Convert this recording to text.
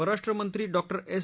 परराष्ट्रमंत्री डॉक्टिरे एस